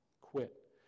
quit